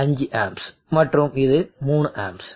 5 amps மற்றும் இது 3 amps